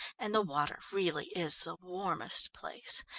and the water really is the warmest place,